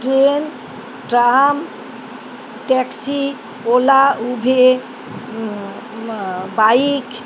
train tram taxi ola Uber bike